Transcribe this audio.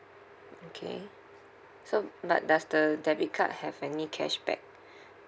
okay so but does the debit card have any cashback